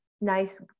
nice